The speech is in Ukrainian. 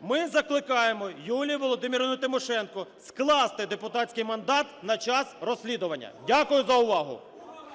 ми закликаємо Юлію Володимирівну Тимошенко скласти депутатський мандат на час розслідування. Дякую за увагу. ГОЛОВУЮЧИЙ.